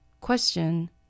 Question